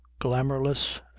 glamourless